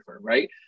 right